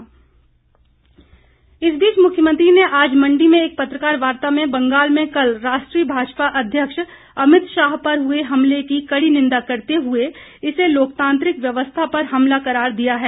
जयराम इस बीच मुख्यमंत्री ने आज मंडी में एक पत्रकार वार्ता में बंगाल में कल राष्ट्रीय भाजपा अध्यक्ष अमित शाह पर हुए हमले की कड़ी निंदा करते हुए इसे लोकतांत्रिक व्यवस्था पर हमला करार दिया है